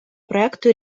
проекту